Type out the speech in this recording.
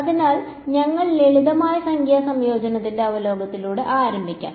അതിനാൽ ഞങ്ങൾ ലളിതമായ സംഖ്യാ സംയോജനത്തിന്റെ അവലോകനത്തോടെ ആരംഭിക്കും